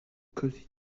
košice